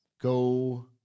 go